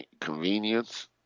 convenience